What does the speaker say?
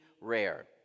rare